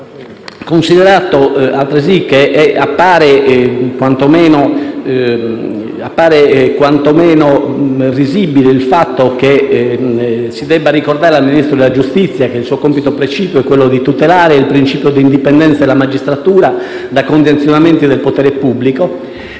considerato, altresì, che appare quantomeno risibile il fatto che si debba ricordare al Ministro della giustizia che il suo compito precipuo è tutelare il principio di indipendenza della magistratura da condizionamenti del potere pubblico,